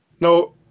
No